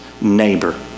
neighbor